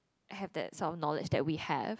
have that sort of knowledge that we have